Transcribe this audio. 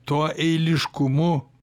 tuo eiliškumu